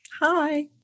Hi